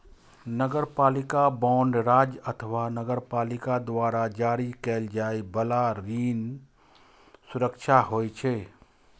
नगरपालिका बांड राज्य अथवा नगरपालिका द्वारा जारी कैल जाइ बला ऋण सुरक्षा होइ छै